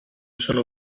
son